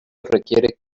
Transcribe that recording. requiere